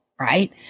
right